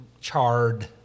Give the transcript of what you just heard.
charred